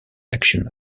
action